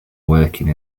working